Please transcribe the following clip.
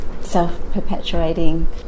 self-perpetuating